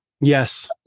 Yes